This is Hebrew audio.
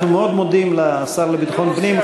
אנחנו מאוד מודים לשר לביטחון פנים,